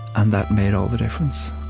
and that made all the difference